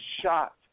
shot